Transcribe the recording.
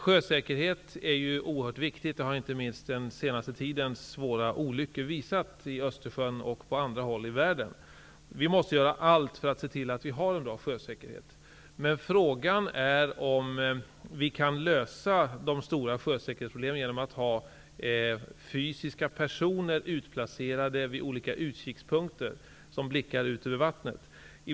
Sjösäkerhet är ju oerhört viktigt, det har inte minst den senaste tidens svåra olyckor i Östersjön och på andra håll i världen visat. Vi måste göra allt för att se till att vi har en bra sjösäkerhet, men frågan är om vi kan lösa de stora sjösäkerhetsproblemen genom att ha fysiska personer utplacerade vid olika utkikspunkter, som blickar ut över vattnet.